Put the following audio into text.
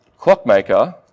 clockmaker